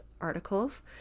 articles